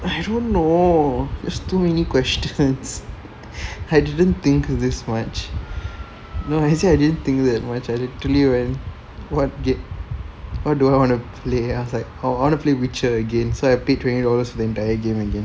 I don't know there's too many questions I didn't think this much no as in I didn't think that much I literally went went what do I want to play then I was like I want to play witcher again so I paid twenty dollars for the entire game again